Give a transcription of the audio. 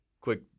quick